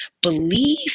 believe